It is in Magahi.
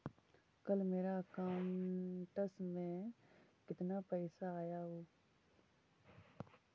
कल मेरा अकाउंटस में कितना पैसा आया ऊ?